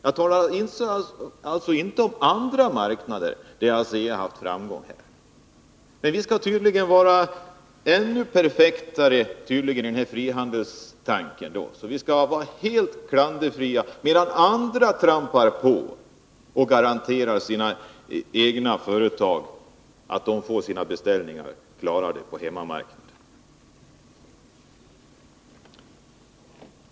Jag talar alltså inte om andra marknader, där ASEA har haft framgång. Vi skall tydligen vara ännu mer perfekta i fråga om frihandeln. Vi skall vara helt klanderfria, medan andra länder trampar på och garanterar sina egna företag beställningar på hemmamarknaden.